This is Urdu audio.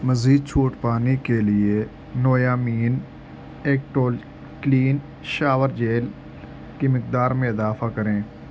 مزید چھوٹ پانے کے لیے Nivea men active clean shower gel کی مقدار میں اضافہ کریں